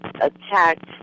attacked